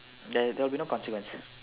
there there would be no consequence